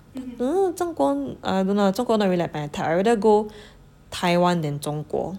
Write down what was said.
ugh 中国 um I don't know not really like my type I'd rather go Taiwan than 中国